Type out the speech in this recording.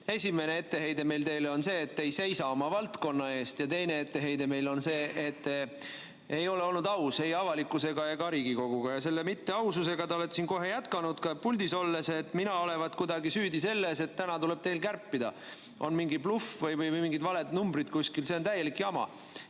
Esimene etteheide meil teile on see, et te ei seisa oma valdkonna eest. Teine etteheide on see, et te ei ole olnud aus ei avalikkusega ega Riigikoguga. Selle mitteaususega te olete siin jätkanud ka puldis olles. Mina olevat kuidagi süüdi selles, et täna tuleb teil kärpida, et olevat mingi bluff või mingid valed numbrid kuskil. See on täielik jama.